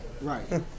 right